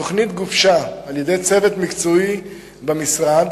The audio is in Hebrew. התוכנית גובשה על-ידי צוות מקצועי במשרד